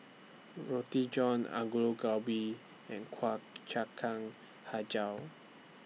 Roti John Gobi and Kuih Hijau